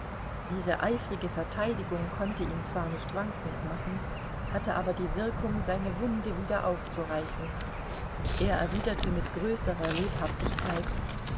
diese eifrige verteidigung konnte ihn zwar nicht wankend machen hatte aber die wirkung seine wunde wieder aufzureißen er erwiderte mit größerer lebhaftigkeit